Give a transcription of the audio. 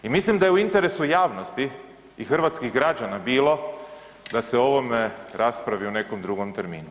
I mislim da je u interesu javnosti i hrvatskih građana bilo da se o ovome raspravi u nekom drugom terminu.